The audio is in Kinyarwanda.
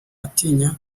atinya